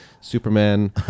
Superman